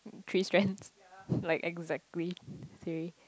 three strands like exactly three